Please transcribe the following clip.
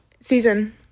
season